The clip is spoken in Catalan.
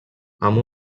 amb